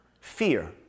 Fear